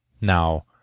Now